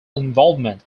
involvement